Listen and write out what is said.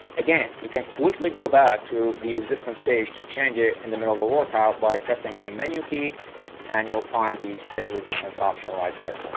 again, you can quickly go back to the resistance page to change it in the middle of a workout by pressing the menu key and you'll find the set resistance option right there.